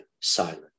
silent